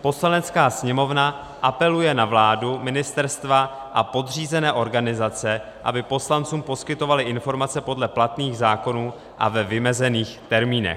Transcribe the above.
Poslanecká sněmovna apeluje na vládu, ministerstva a podřízené organizace, aby poslancům poskytovaly informace podle platných zákonů a ve vymezených termínech.